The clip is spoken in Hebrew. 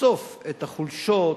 לחשוף את החולשות,